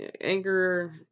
anger